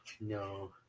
no